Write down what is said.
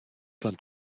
land